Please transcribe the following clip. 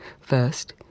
First